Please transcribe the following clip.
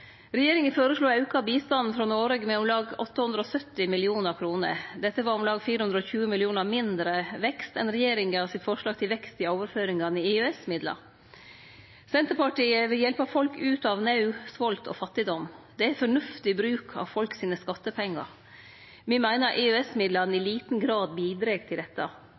Regjeringa føreslo å auke bistanden frå Noreg med om lag 870 mill. kr. Dette var om lag 420 mill. kr mindre vekst enn regjeringas forslag til vekst i overføringane i EØS-midlar. Senterpartiet vil hjelpe folk ut av naud, svolt og fattigdom. Det er fornuftig bruk av skattepengane til folk. Me meiner EØS-midlane i liten grad bidreg til dette.